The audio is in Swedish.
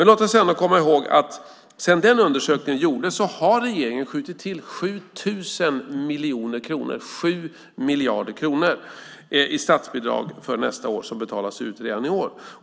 Låt oss ändå komma ihåg att sedan denna undersökning gjordes har regeringen skjutit till 7 000 miljoner kronor - 7 miljarder kronor - i statsbidrag för nästa år, som betalas ut redan i år.